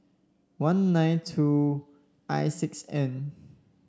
one nine two I six N